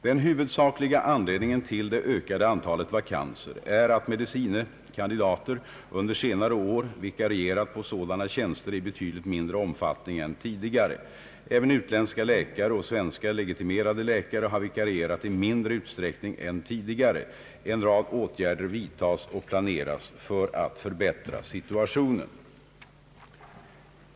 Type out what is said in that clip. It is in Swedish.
Den huvudsakliga anledningen till det ökade antalet vakanser är att medicine kandidater under senare år vikarierat på sådana tjänster i betydligt mindre omfattning än tidigare. även utländska läkare och svenska legitimerade läkare har vikarierat i mindre utsträckning än tidigare. En rad åtgärder vidtas och planeras för att förbättra situationen.